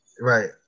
Right